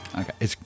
Okay